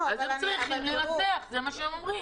אז הם צריכים לנסח, זה מה שהם אומרים.